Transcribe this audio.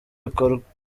bikorwa